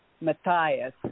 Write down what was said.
Matthias